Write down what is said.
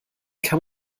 kann